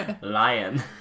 Lion